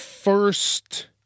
first